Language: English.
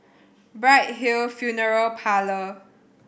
Bright Hill Funeral Parlour